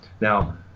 Now